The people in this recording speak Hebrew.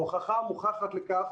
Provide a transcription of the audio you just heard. ההוכחה המוכחת לכך